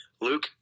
Luke